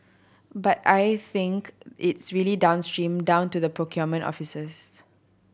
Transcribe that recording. but I think it's really downstream down to the procurement offices